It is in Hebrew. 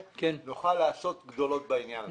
בתעשייה נוכל לעשות גדולות בעניין הזה.